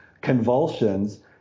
convulsions